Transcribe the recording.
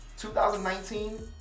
2019